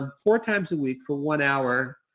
and four times a week for one hour,